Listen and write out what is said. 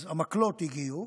אז המקלות הגיעו,